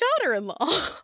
daughter-in-law